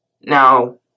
Now